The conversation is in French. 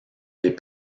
les